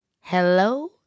Hello